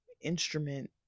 instrument